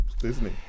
Disney